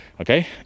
Okay